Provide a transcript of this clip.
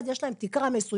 אז יש להם תקרה מסוימת.